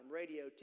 radio